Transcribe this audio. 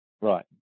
right